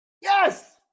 Yes